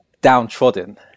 downtrodden